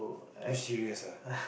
you serious ah